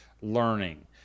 learning